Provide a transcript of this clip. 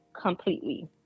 completely